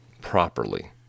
properly